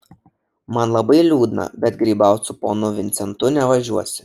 man labai liūdna bet grybaut su ponu vincentu nevažiuosi